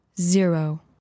zero